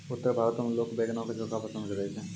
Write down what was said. उत्तर भारतो मे लोक बैंगनो के चोखा पसंद करै छै